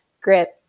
grip